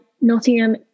Nottingham